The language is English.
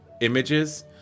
images